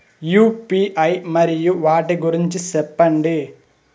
UPI మరియు వాటి గురించి సెప్పండి?